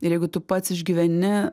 ir jeigu tu pats išgyveni